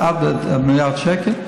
ביקשתי תוספת עד מיליארד שקל.